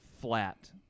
flat